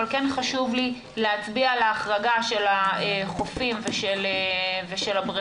אבל כן חשוב לי להצביע על ההחרגה של החופים ושל הבריכות,